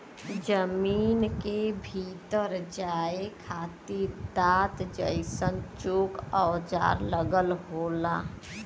जमीन के भीतर जाये खातिर दांत जइसन चोक औजार लगल होला